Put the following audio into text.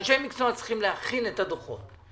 אנשי מקצוע צריכים להכין את הדוחות.